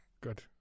good